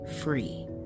free